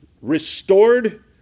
restored